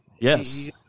Yes